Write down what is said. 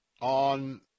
on